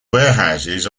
warehouses